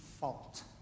fault